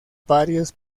varios